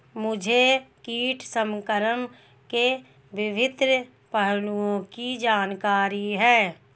मुझे कीट संक्रमण के विभिन्न पहलुओं की जानकारी है